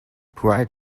pride